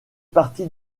partie